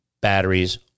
batteries